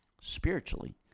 spiritually